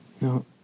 No